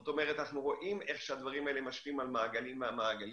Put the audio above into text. זאת אומרת אנחנו רואים איך שהדברים האלה משפיעים על מעגלים ממעגלים,